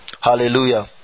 hallelujah